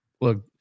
look